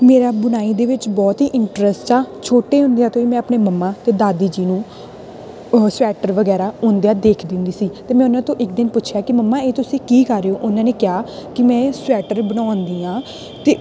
ਮੇਰਾ ਬੁਣਾਈ ਦੇ ਵਿੱਚ ਬਹੁਤ ਹੀ ਇੰਟਰੱਸਟ ਆ ਛੋਟੇ ਹੁੰਦਿਆਂ ਤੋਂ ਹੀ ਮੈਂ ਆਪਣੇ ਮੰਮਾ ਅਤੇ ਦਾਦੀ ਜੀ ਨੂੰ ਉਹ ਸਵੈਟਰ ਵਗੈਰਾ ਬੁਣਦਿਆਂ ਦੇਖਦੀ ਹੁੰਦੀ ਸੀ ਅਤੇ ਮੈਂ ਉਹਨਾਂ ਤੋਂ ਇੱਕ ਦਿਨ ਪੁੱਛਿਆ ਕਿ ਮੰਮਾ ਇਹ ਤੁਸੀਂ ਕੀ ਕਰ ਰਹੇ ਹੋ ਉਹਨਾਂ ਨੇ ਕਿਹਾ ਕਿ ਮੈਂ ਇਹ ਸਵੈਟਰ ਬਣਾਉਂਦੀ ਹਾਂ ਅਤੇ